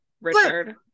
Richard